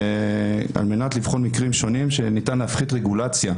על מנת לבחון מקרים שונים שניתן להפחית רגולציה,